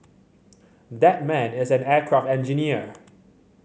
that man is an aircraft engineer